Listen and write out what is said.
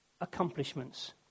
accomplishments